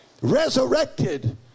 resurrected